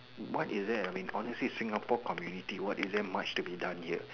what is there I mean honestly Singapore community what is there much to done here